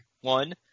one